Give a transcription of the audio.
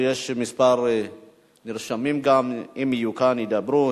תודה רבה.